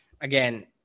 again